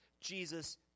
Jesus